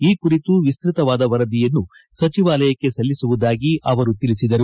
ಈ ಕುರಿತು ವಿಸ್ತ್ಯತವಾದ ವರದಿಯನ್ನು ಸಚಿವಾಲಯಕ್ಕೆ ಸಲ್ಲಿಸುವುದಾಗಿ ಅವರು ತಿಳಿಸಿದರು